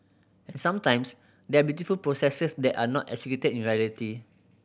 and sometimes there are beautiful processes that are not executed in reality